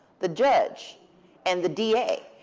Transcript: the judge and the da.